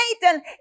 Satan